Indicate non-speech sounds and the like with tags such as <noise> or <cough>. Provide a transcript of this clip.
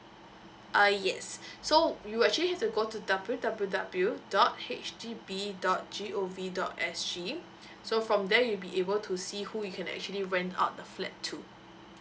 uh yes <breath> so you actually have to go to w w w dot H D B dot g o v dot s g <breath> so from there you'll be able to see who you can actually rent out the flat to